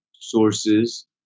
sources